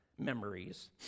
memories